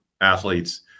athletes